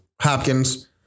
Hopkins